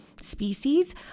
species